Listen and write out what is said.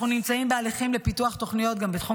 אנחנו נמצאים בהליכים לפיתוח תוכניות גם בתחום